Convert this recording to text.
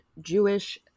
Jewish